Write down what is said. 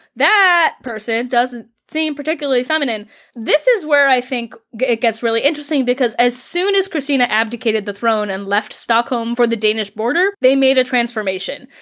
that person doesn't seem particularly feminine this is where i think it gets really interesting, because as soon as kristina abdicated the throne and left stockholm for the danish border, they made a transformation.